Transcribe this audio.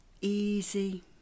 easy